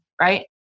right